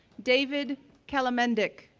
david khalimendik,